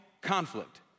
conflict